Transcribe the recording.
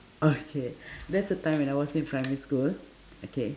okay there's a time when I was in primary school okay